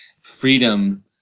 freedom